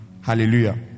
hallelujah